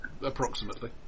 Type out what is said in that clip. Approximately